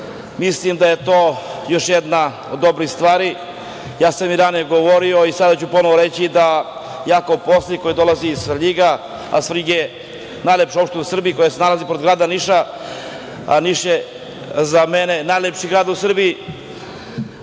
Mislim da je to još jedna od dobrih stvari. Ja sam i ranije govorio i sada ću ponovo reći da ja, kao poslanik koji dolazi iz Svrljiga, a Svrljig je najlepša opština u Srbiji, koja se nalazi pored grada Niša, a Niš je za mene najlepši grad u Srbiji,